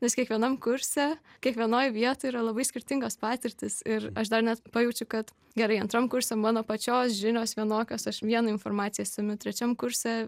nes kiekvienam kurse kiekvienoj vietoj yra labai skirtingos patirtys ir aš dar net pajaučiau kad gerai antram kurse mano pačios žinios vienokios aš vieną informacija semiu trečiam kurse